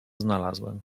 znalazłem